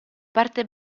parte